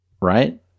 Right